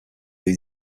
ohi